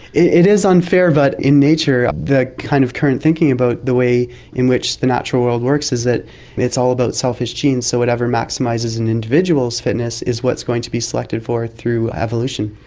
it is unfair, but in nature, the kind of current thinking about the way in which the natural world works is that it's all about selfish genes, so whatever maximises an individual's fitness is what is going to be selected for through evolution.